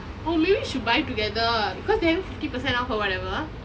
oh maybe we should buy together because they having fifty percent off or whatever